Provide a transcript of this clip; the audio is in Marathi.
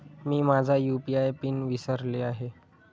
मी माझा यू.पी.आय पिन विसरले आहे